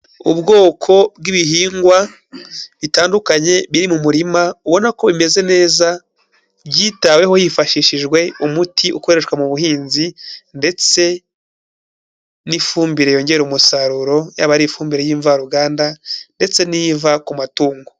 Ubwoko bw'ibihingwa bitandukanye biri mu murima, ubona ko bimeze neza, byitaweho hifashishijwe umuti ukoreshwa mu buhinzi, ndetse n'ifumbire yongera umusaruro, yaba ari ifumbire y'imvaruganda ndetse n'iva ku matungo.